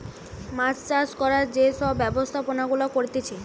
মাছ চাষ করার যে সব ব্যবস্থাপনা গুলা করতিছে